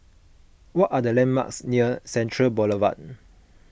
what are the landmarks near Central Boulevard